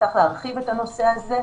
אני מתכבד לפתוח את ישיבת הוועדה בנושא